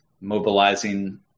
mobilizing